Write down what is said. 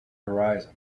horizon